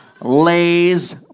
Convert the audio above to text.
Lays